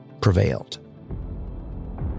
prevailed